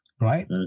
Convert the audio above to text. Right